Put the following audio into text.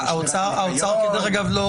האוצר כדרך אגב לא